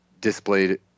displayed